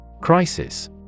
Crisis